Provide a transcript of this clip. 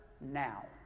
now